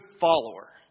follower